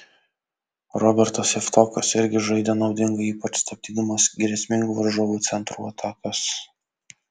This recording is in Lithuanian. robertas javtokas irgi žaidė naudingai ypač stabdydamas grėsmingų varžovų centrų atakas